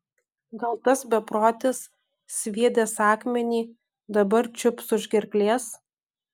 gal tas beprotis sviedęs akmenį dabar čiups už gerklės